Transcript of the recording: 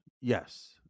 yes